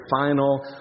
final